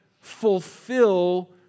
fulfill